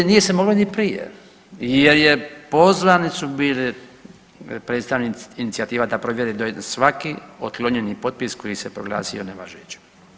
Nije se moglo ni prije jer je pozvani su bili predstavnici inicijativa da provjere svaki otklonjeni potpis koji se proglasio nevažećim.